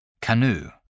Canoe